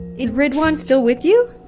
is ridwan still with you?